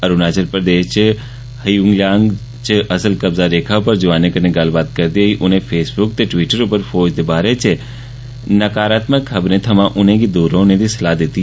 अरूणाचल प्रदेष च हायूलियांग च असल कब्जा रेखा पर जवाने कन्नै गल्लबात करदे होई उनें फेसबुक ते ट्वीटर उप्पर फौज दे बारे च नकारामक खबरे थमा उने गी दूर रौहने दी सलाह दित्ती